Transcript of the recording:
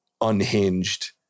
unhinged